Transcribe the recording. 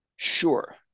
Sure